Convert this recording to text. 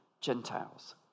Gentiles